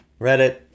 Reddit